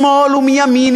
משמאל ומימין,